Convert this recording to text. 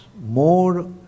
more